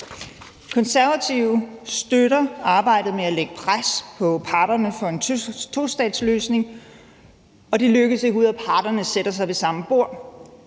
Konservative støtter arbejdet med at lægge pres på parterne for en tostatsløsning, og det lykkes ikke, blot ved at parterne sætter sig ved samme bord.